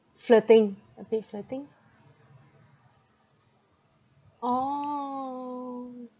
flirting a bit flirting oh